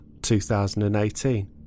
2018